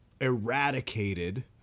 eradicated